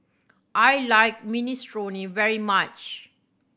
I like Minestrone very much